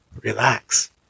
Relax